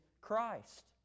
Christ